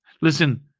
Listen